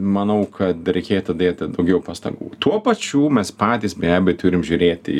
manau kad reikėtų dėti daugiau pastangų tuo pačiu mes patys beje bet turim žiūrėti